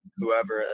whoever